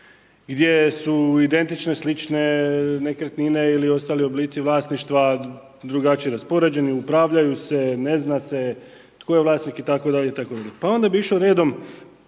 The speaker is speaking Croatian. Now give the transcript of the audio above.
gdje su identične slične nekretnine ili ostali oblici vlasništva drugačije raspoređeni, upravljaju se, ne zna se tko je vlasnik itd., itd. Onda bi išao redom